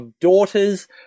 daughters